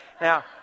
Now